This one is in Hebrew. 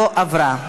לא נתקבלה.